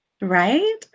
Right